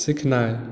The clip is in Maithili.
सिखनाइ